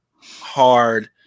hard